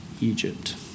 Egypt